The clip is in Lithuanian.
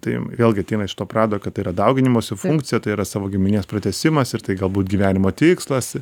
tai vėlgi ateina iš to prado kad tai yra dauginimosi funkcija tai yra savo giminės pratęsimas ir tai galbūt gyvenimo tikslas